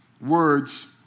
Words